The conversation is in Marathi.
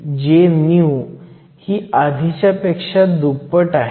हे मागील प्रश्नासारखेच आहे म्हणून J म्हणजे Jso expeVkT आणि Jso म्हणजे n ni2eDhLhNDDeLeNA आहे